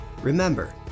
Remember